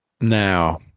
Now